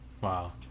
wow